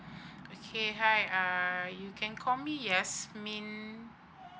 okay hi uh you can call me yasmine